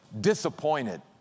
disappointed